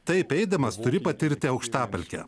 taip eidamas turi patirti aukštapelkę